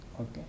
okay